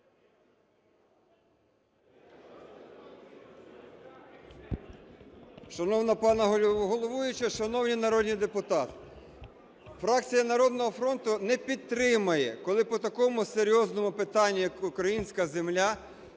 Шановна пані головуюча, шановні народні депутати! Фракція "Народного фронту" не підтримає, коли по такому серйозному питанню, як українська земля,